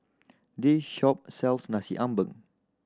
this shop sells Nasi Ambeng